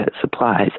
supplies